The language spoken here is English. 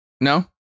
No